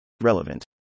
Relevant